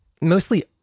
mostly